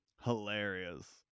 Hilarious